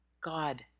God